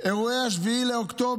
אירוע 7 באוקטובר,